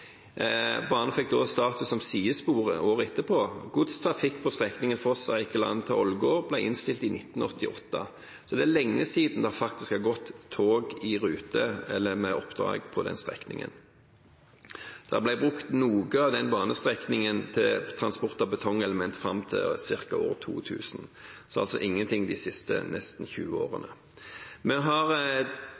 Banen fikk da status som sidespor året etterpå. Godstrafikk på strekningen Foss–Eikeland til Ålgård ble innstilt i 1988, så det er lenge siden det faktisk har gått tog i rute eller med oppdrag på den strekningen. Noe av banestrekningen ble brukt til transport av betongelement fram til ca. år 2000 – altså ingenting de siste nesten 20 årene. Vi har